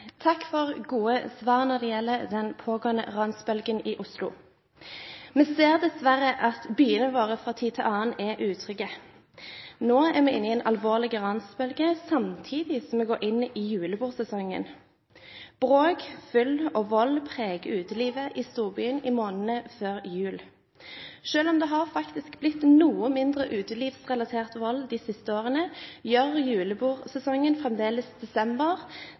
Takk for gode svar når det gjelder den pågående ransbølgen i Oslo. Vi ser dessverre at byene våre fra tid til annen er utrygge. Nå er vi inne i en alvorlig ransbølge samtidig som vi går inn i julebordsesongen. Bråk, fyll og vold preger utelivet i storbyene i månedene før jul. Selv om det faktisk har blitt noe mindre utelivsrelatert vold de siste årene, gjør julebordsesongen fremdeles desember